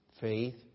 faith